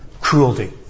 cruelty